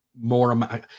more